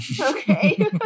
Okay